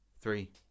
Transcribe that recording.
three